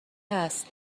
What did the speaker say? هست